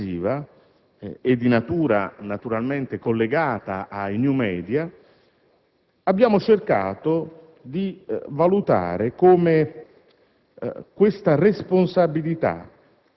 informazione di natura televisiva e ovviamente collegata ai *new media*, abbiamo cercato di valutare come